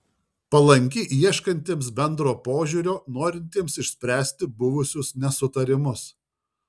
palanki ieškantiems bendro požiūrio norintiems išspręsti buvusius nesutarimus